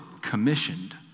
commissioned